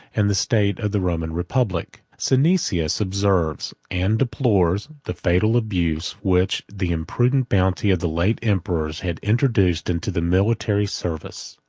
and the state of the roman republic. synesius observes, and deplores, the fatal abuse, which the imprudent bounty of the late emperor had introduced into the military service.